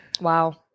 Wow